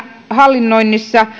hallinnoinnissa